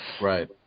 Right